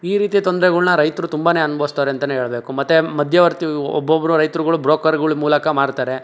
ಈ ರೀತಿಯ ತೊಂದ್ರೆಗಳನ್ನ ರೈತರು ತುಂಬಾನೇ ಅನ್ಭವಿಸ್ತವ್ರೆ ಅಂತೆಯೇ ಹೇಳ್ಬೇಕು ಮತ್ತೆ ಮಧ್ಯವರ್ತಿ ಒಬ್ಬೊಬ್ರು ರೈತರುಗಳು ಬ್ರೋಕರ್ಗಳ ಮೂಲಕ ಮಾರ್ತಾರೆ